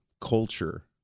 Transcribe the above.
culture